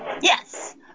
Yes